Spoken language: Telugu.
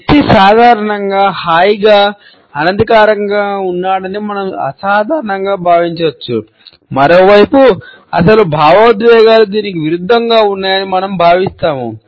వ్యక్తి సాధారణంగా హాయిగా అనధికారికంగా ఉన్నాడని మనం సాధారణంగా భావించవచ్చు మరోవైపు అసలు భావోద్వేగాలు దీనికి విరుద్ధంగా ఉన్నాయని మనం భావిస్తాము